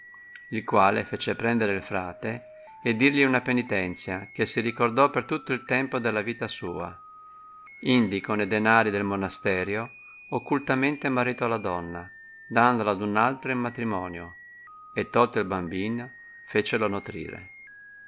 il quale fece prendere il frate e dirgli una penitenzia che si ricordò per tutto il tempo della vita sua indi con e denari del monasterio occultamente maritò la donna dandola ad un'altro in matrimonio e tolto il bambino fecelo notrire